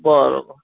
બરોબર